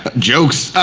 ah jokes.